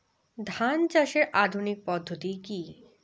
ধান চাষের আধুনিক পদ্ধতি কি?